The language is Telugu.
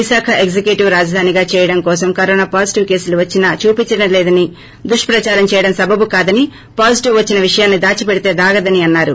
విశాఖ ఎగ్లిక్యూటివ్ రాజధాని గా చేయటం కోసం కరోనా పాజిటివ్ కేసులు వచ్చినా చూపించటం లేదని దుష్పదారం చేయడం సబబు కాదని పాజిటివ్ వచ్చిన విషయాన్ని దాచిపెడితే దాగదని అన్నారు